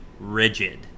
Rigid